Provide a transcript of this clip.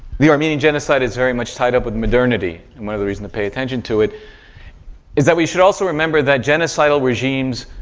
the armenian genocide is very much tied up with modernity. and one of the reasons to pay attention to it is that we should also remember that genocidal regimes,